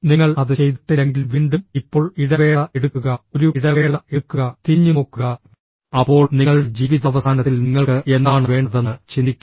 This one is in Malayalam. നിങ്ങൾ അത് ചെയ്തിട്ടില്ലെങ്കിൽ വീണ്ടും ഇപ്പോൾ ഇടവേള എടുക്കുക ഒരു ഇടവേള എടുക്കുക തിരിഞ്ഞുനോക്കുക അപ്പോൾ നിങ്ങളുടെ ജീവിതാവസാനത്തിൽ നിങ്ങൾക്ക് എന്താണ് വേണ്ടതെന്ന് ചിന്തിക്കുക